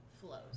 flows